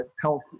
healthy